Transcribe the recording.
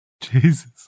Jesus